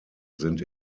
sind